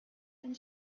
and